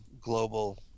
global